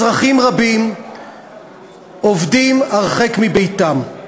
אזרחים רבים עובדים הרחק מביתם,